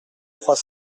trois